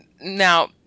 now